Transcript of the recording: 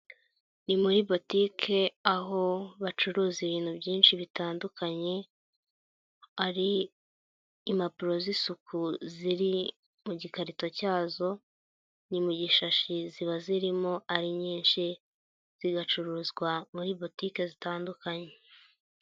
Ni muri botike aho bacuruza ibintu byinshi bitandukanye, hari impapuro z'isuku ziri mu gikarito cyazo, ni mu gishashi ziba zirimo ari nyinshi zigacuruzwa muri botike zitandukanye.